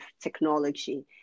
technology